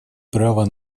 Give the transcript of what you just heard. права